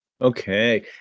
Okay